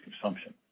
consumption